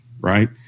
right